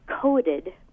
coded